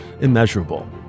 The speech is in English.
immeasurable